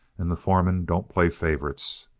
and the foreman don't play favorites.